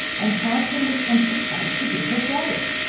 and found him with some surprise to be her brother.